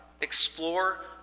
explore